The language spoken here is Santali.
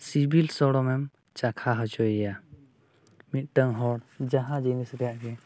ᱥᱤᱵᱤᱞ ᱥᱚᱲᱚᱢᱮᱢ ᱪᱟᱠᱷᱟ ᱦᱚᱪᱚᱭᱮᱭᱟ ᱢᱤᱫᱴᱟᱝ ᱦᱚᱲ ᱡᱟᱦᱟᱸ ᱡᱤᱱᱤᱥ ᱨᱮᱱᱟᱜ ᱜᱮ